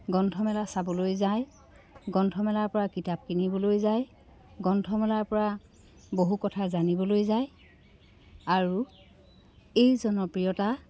গ্ৰন্থমেলা চাবলৈ যায় গ্ৰন্থমেলাৰ পৰা কিতাপ কিনিবলৈ যায় গ্ৰন্থমেলাৰ পৰা বহু কথা জানিবলৈ যায় আৰু এই জনপ্ৰিয়তা